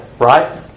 right